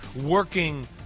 working